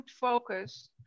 focus